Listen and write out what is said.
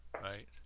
right